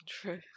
true